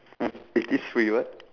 it it is free what